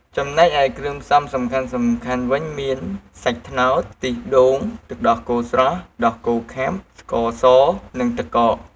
ចំណែកឯគ្រឿងផ្សំសំខាន់ៗវិញមាន សាច់ត្នោត ខ្ទិះដូង ទឹកដោះគោស្រស់ ទឹកដោះគោខាប់ ស្ករស និងទឹកកក។